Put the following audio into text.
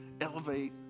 elevate